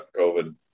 COVID